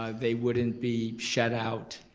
um they wouldn't be shut out,